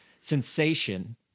sensation